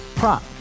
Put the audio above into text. Prop